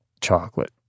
chocolate